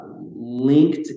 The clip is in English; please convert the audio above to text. linked